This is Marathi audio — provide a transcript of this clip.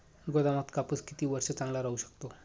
गोदामात कापूस किती वर्ष चांगला राहू शकतो?